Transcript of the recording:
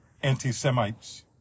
anti-Semites